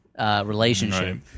relationship